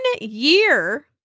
year